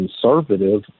conservative